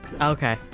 okay